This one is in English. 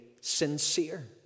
sincere